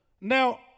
Now